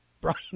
brian